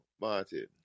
Martin